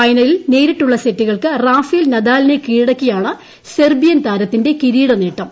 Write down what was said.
ഫൈനലിൽ നേരിട്ടുള്ള സെറ്റുകൾക്ക് റഫേൽ നദാലിനെ കീഴടക്കിയാണ് സെർബിയൻ താരത്തിന്റെ കിരീട നേട്ടം